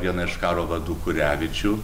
vieną iš karo vadų kurevičių